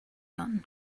done